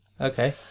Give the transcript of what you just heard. Okay